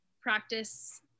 practice